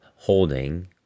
holding